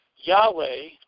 Yahweh